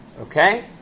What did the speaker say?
Okay